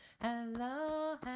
hello